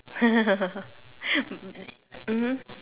mmhmm